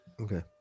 Okay